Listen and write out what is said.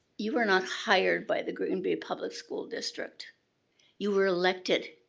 you were not hired by the green bay public school district you were elected